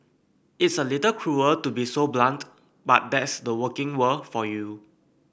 it's a little cruel to be so blunt but that's the working world for you